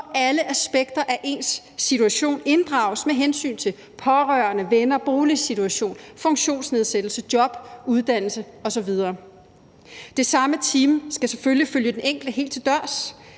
hvor alle aspekter af ens situation inddrages med hensyn til pårørende, venner, boligsituation, funktionsnedsættelse, job, uddannelse osv. Det samme team skal selvfølgelig følge den enkelte helt til dørs,